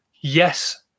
Yes